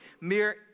Mere